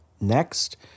Next